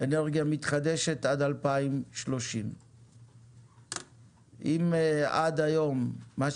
אנרגיה מתחדשת עד 2030. אם עד היום ניתן היה